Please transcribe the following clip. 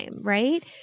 right